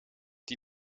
die